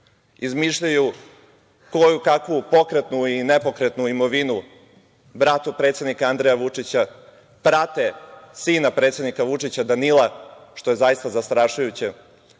izmišljaju koje kakvu pokretnu i nepokretnu imovinu bratu predsednika, Andreja Vučića, prate sina predsednika Vučića, Danila, što je zaista zastrašujuće. Svestan